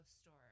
store